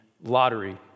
lottery